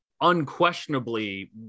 unquestionably